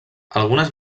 algunes